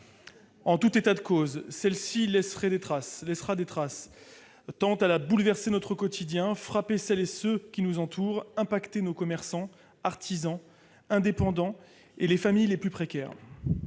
En tout état de cause, celle-ci laissera des traces, tant elle a bouleversé notre quotidien, frappé celles et ceux qui nous entourent, fortement touché nos commerçants, artisans, indépendants et les familles les plus précaires.